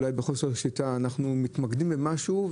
אולי בגלל חוסר שליטה אנחנו מתמקדים במשהו,